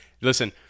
Listen